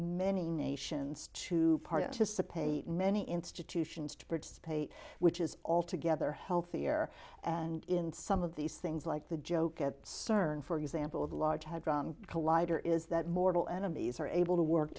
many nations to participate in many institutions to purge pate which is altogether healthier and in some of these things like the joke at cern for example the large hadron collider is that mortal enemies are able to work